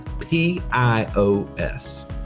p-i-o-s